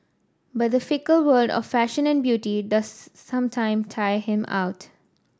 but the fickle world of fashion and beauty does sometime tire him out